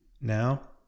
Now